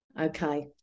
Okay